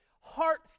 heart